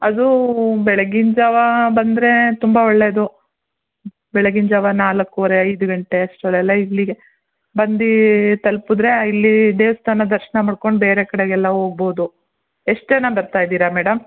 ಅದು ಬೆಳಗಿನ ಜಾವ ಬಂದರೆ ತುಂಬ ಒಳ್ಳೇದು ಬೆಳಗಿನ ಜಾವ ನಾಲ್ಕೂವರೆ ಐದು ಗಂಟೆ ಅಷ್ಟ್ರಲ್ಲೆಲ್ಲ ಇಲ್ಲಿಗೆ ಬಂದು ತಲ್ಪಿದ್ರೆ ಇಲ್ಲಿ ದೇವಸ್ಥಾನ ದರ್ಶನ ಮಾಡ್ಕೊಂಡು ಬೇರೆ ಕಡೆಗೆಲ್ಲ ಹೋಗ್ಬೋದು ಎಷ್ಟು ಜನ ಬರ್ತಾ ಇದ್ದೀರ ಮೇಡಮ್